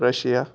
Russia